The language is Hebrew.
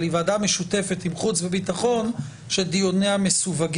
אבל היא ועדה משותפת עם חוץ וביטחון שדיוניה מסווגים.